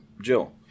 Jill